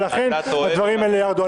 ולכן הדברים האלה ירדו.